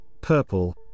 purple